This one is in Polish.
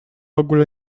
ogóle